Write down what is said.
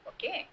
Okay